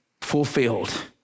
fulfilled